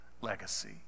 legacy